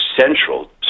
central